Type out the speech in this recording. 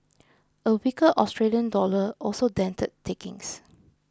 a weaker Australian dollar also dented takings